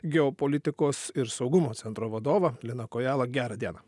geopolitikos ir saugumo centro vadovą liną kojalą gerą dieną